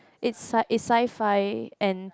it's sci~ it's sci-fi and